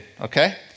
Okay